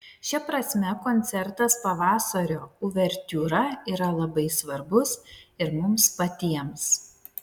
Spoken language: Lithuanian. šia prasme koncertas pavasario uvertiūra yra labai svarbus ir mums patiems